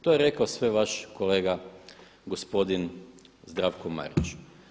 To je rekao sve vaš kolega gospodin Zdravko Marić.